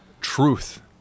truth